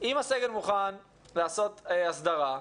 - ואם הסגל מוכן לעשות הסדרה,